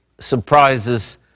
surprises